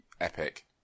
Epic